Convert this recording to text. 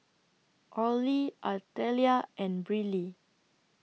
Orley Artelia and Briley